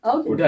Okay